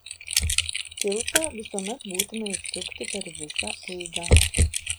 kilpą visuomet būtina įsukti per visą eigą